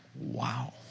wow